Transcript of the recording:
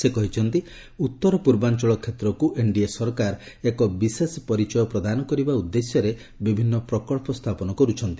ସେ କହିଛନ୍ତି ଉତ୍ତର ପୂର୍ବାଞ୍ଚଳ କ୍ଷେତ୍ରକୁ ଏନ୍ଡିଏ ସରକାର ଏକ ବିଶେଷ ପରିଚୟ ପ୍ରଦାନ କରିବା ଉଦ୍ଦେଶ୍ୟରେ ବିଭିନ୍ନ ପ୍ରକଳ୍ପ ସ୍ଥାପନ କରୁଛନ୍ତି